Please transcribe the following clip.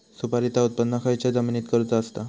सुपारीचा उत्त्पन खयच्या जमिनीत करूचा असता?